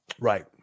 Right